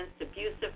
Abusive